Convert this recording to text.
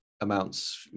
amounts